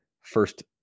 first